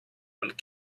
and